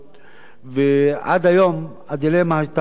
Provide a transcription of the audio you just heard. ועד היום הדילמה היתה קשה.